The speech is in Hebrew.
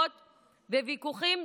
וויכוחים לשם שמיים,